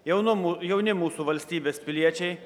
jaunumu jauni mūsų valstybės piliečiai